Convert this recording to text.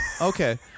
Okay